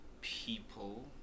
people